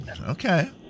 Okay